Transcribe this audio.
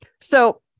So-